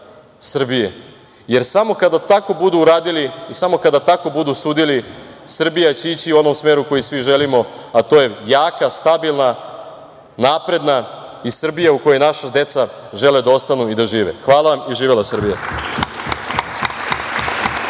jer samo kada tako budu radili, samo kada tako budu sudili Srbija će ići u onom smeru koji svi želimo, a to je jaka, stabilna, napredna i Srbija u kojoj naša deca žele da ostanu i da žive. Hvala i živela Srbija!